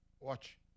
Watch